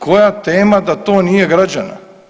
Koja tema da to nije građana?